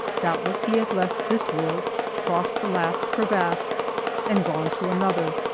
doubtless he has left this world crossed the last crevasse and gone to another.